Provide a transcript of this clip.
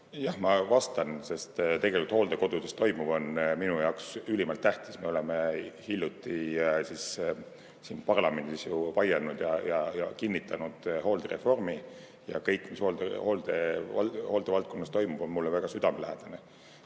Jah, ma vastan, sest hooldekodudes toimuv on minu jaoks ülimalt tähtis. Me oleme hiljuti siin parlamendis ju vaielnud ja kinnitanud hooldereformi, ja kõik, mis hooldevaldkonnas toimub, on mulle väga südamelähedane.